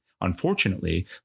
Unfortunately